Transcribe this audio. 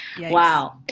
Wow